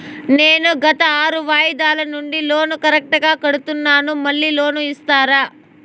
నేను గత ఆరు వాయిదాల నుండి లోను కరెక్టుగా కడ్తున్నాను, మళ్ళీ లోను ఇస్తారా?